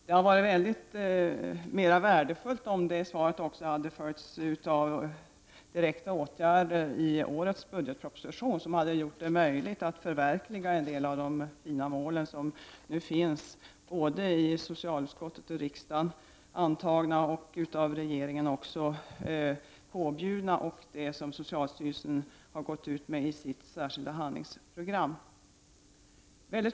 Det hade varit än mer värdefullt om svaret också hade följts av direkta åtgärder i årets budgetproposition, som hade gjort det möjligt att förverkliga en del av de fina mål som nu finns både i socialutskottet, av riksdagen antagna och av riksdagen påbjudna, och det som socialstyrelsen har gått ut med i sitt särskilda handlingsprogram.